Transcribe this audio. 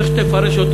איך שתפרש אותו,